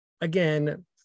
again